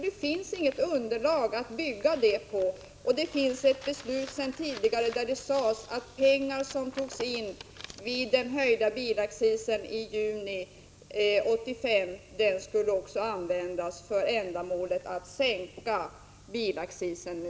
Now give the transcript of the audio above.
Det finns ett beslut sedan tidigare, där det sades att pengar som togs in i samband med höjningen av bilaccisen i juni 1985 också skulle användas för ändamålet att sänka bilaccisen nu.